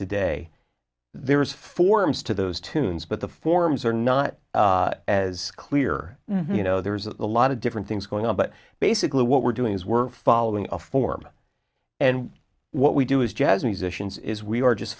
today there's forms to those tunes but the forms are not as clear you know there's a lot of different things going on but basically what we're doing is we're following a form and what we do is jazz musicians is we are just